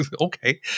okay